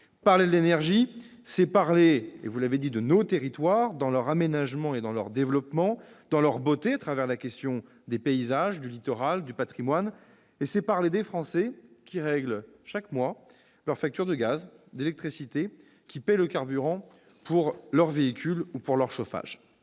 Parler de l'énergie, c'est parler- vous l'avez dit -de nos territoires, de leur aménagement et de leur développement, de leur beauté, à travers la question des paysages, du littoral, du patrimoine. Et c'est parler des Français, qui règlent chaque mois leur facture de gaz et d'électricité, et paient, le cas échéant, le carburant pour leur véhicule ou le combustible pour leur chauffage.